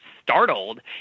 Startled